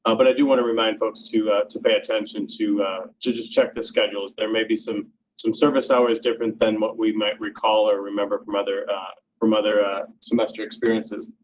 um but i do want to remind folks to to pay attention to to just check the schedules. there may be some some service hours different than what we might recall or remember from other from other semester experiences.